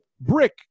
brick